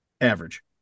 Average